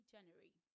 January